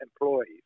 employees